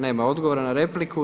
Nema odgovora na repliku.